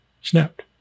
snapped